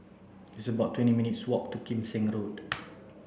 it's about twenty minutes' walk to Kim Seng Road